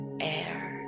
air